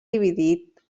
dividit